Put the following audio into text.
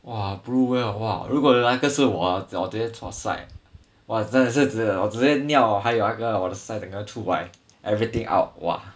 !wah! blue whale eh !wah! 如果那个是我啊我直接 chua sai eh !wah! 真的是我直接尿 eh 还有我的那个 sai 整个出来 everything out !wah!